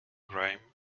grime